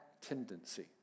tendency